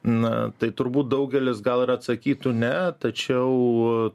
na tai turbūt daugelis gal ir atsakytų ne tačiau